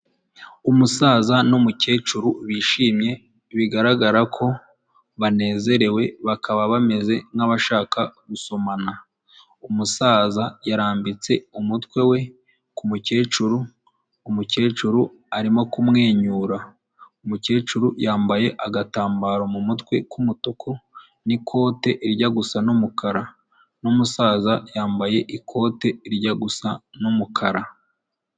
Umusaza n'umukecuru bishimye bigaragara ko banezerewe bakaba bameze nk'abashaka gusomana. Umusaza yarambitse umutwe we ku mukecuru, umukecuru arimo kumwenyura, umukecuru yambaye agatambaro mu mutwe k'umutuku n'ikote rijya gusa n'umukara, n'umusaza yambaye ikote rijya gusa n'umukara.